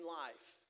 life